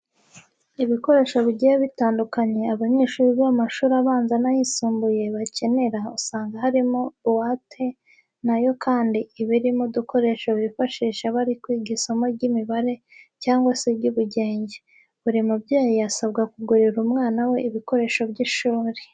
Ibikoresho bigiye bitandukanye abanyeshuri biga mu mashuri abanza n'ayisumbuye bakenera usanga harimo buwate na yo kandi iba irimo udukoresho bifashisha bari kwiga isomo ry'imibare cyangwa se iry'ubugenge. Buri mubyeyi asabwa kugurira umwana we ibikoresho by'ishuri.